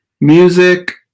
Music